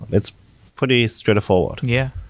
it's pretty straightforward. yeah.